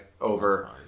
over